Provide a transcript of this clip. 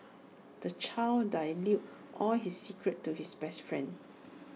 the child divulged all his secrets to his best friend